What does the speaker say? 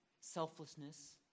selflessness